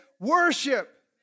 worship